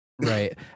Right